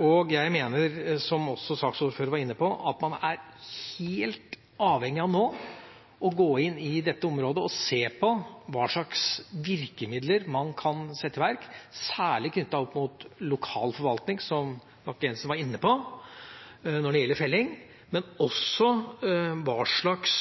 og jeg mener, som også saksordføreren var inne på, at man er helt avhengig av nå å gå inn i dette området og se på hva slags virkemidler man kan sette inn, særlig tiltak overfor lokal forvaltning når det gjelder felling, som representanten Bakke-Jensen var inne på, men også hva slags